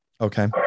Okay